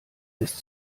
des